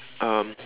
um